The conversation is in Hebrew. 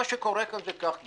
מה שקורה כאן זה כך גברתי,